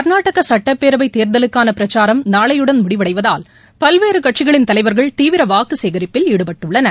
கர்நாடக சட்டப்பேரவை தேர்தலுக்கான பிரச்சாரம் நாளையுடன் முடிவடைவதால் பல்வேறு கட்சிகளின் தலைவர்கள் தீவிர வாக்கு சேகரிப்பில் ஈடுபட்டுள்ளனர்